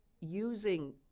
using